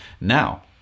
now